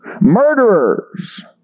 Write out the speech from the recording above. murderers